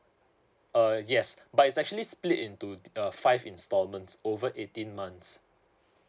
uh yes but is actually split into uh five instalments over eighteen months